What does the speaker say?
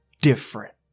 different